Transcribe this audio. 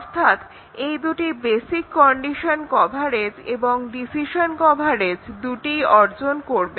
অর্থাৎ এই দুটি বেসিক কন্ডিশন কভারেজ এবং ডিসিশন কভারেজ দুটিই অর্জন করবে